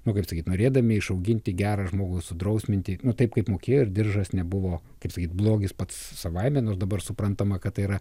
nu kaip sakyt norėdami išauginti gerą žmogų sudrausminti taip kaip mokėjo ir diržas nebuvo kaip sakyt blogis pats savaime nors dabar suprantama kad tai yra